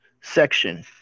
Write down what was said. section